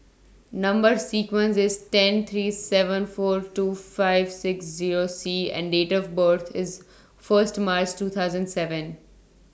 Number sequence IS ten three seven four two five six Zero C and Date of birth IS First March two thousand and seven